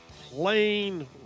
plain